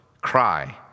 cry